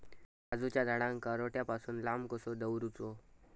काजूच्या झाडांका रोट्या पासून लांब कसो दवरूचो?